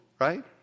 right